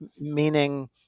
meaning